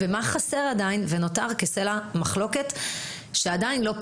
מה עדיין חסר ונותר כסלע מחלוקת שעדיין לא פתיר.